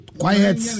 quiet